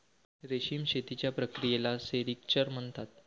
रेशीम शेतीच्या प्रक्रियेला सेरिक्चर म्हणतात